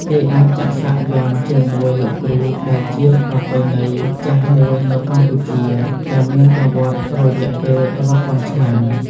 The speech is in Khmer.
គេអាចចាក់សាក់យ័ន្តជាមួយលោកគ្រូដែលជាប្រពៃណីចាស់មួយនៅកម្ពុជា ដែលមានប្រវត្តិរយៈពេលរាប់ពាន់ឆ្នាំ។